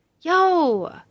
Yo